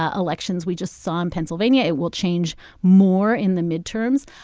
ah elections we just saw in pennsylvania. it will change more in the midterms.